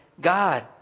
God